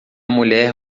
mulher